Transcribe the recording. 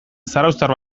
zarauztar